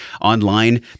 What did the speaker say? online